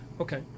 Okay